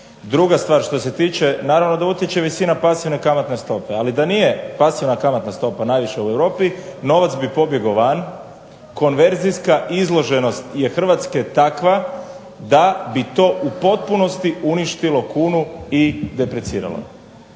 Druga stvar što se tiče, naravno da utječe visina pasivne kamatne stope, ali da nije pasivna kamatna stopa najviša u Europi novac bi pobjegao van. Konverzijska izloženost je Hrvatske takva da bi to u potpunosti uništilo kunu i depreciralo